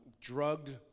drugged